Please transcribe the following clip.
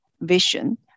vision